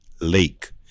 lake